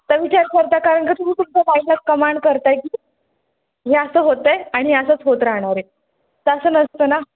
तर विचार करता कारण का तुम्ही तुमचं माईंडलाच कमांड करताय की हे असं होत आहे आणि हे असंच होत राहणार आहे तसं नसतं ना